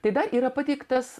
tai dar yra pateiktas